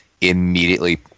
immediately